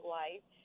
life